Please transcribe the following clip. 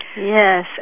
Yes